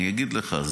אני אגיד לך,